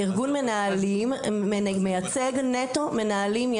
ארגון מנהלים מייצג נטו מנהלים.